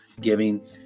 Giving